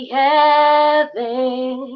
heaven